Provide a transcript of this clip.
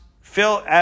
phil